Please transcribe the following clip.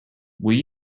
will